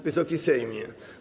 Wysoki Sejmie!